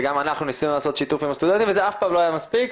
וגם אנחנו ניסינו לעשות שיתוף עם הסטודנטים וזה אף פעם לא היה מספיק.